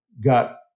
got